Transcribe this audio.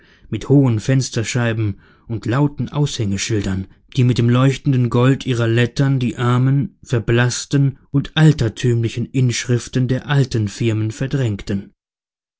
mit hohen fensterscheiben und lauten aushängeschildern die mit dem leuchtenden gold ihrer lettern die armen verblaßten und altertümlichen inschriften der alten firmen verdrängten